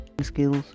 skills